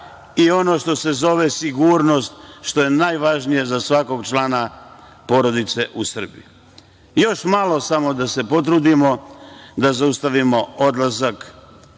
i ono što se zove sigurnost, što je najvažnije za svakog člana porodice u Srbiji. Još malo samo da se potrudimo da zaustavimo odlazak